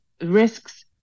risks